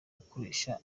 gukoresha